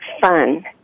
fun